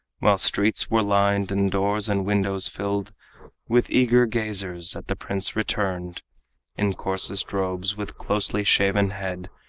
while streets were lined and doors and windows filled with eager gazers at the prince returned in coarsest robes, with closely shaven head,